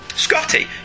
Scotty